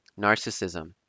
narcissism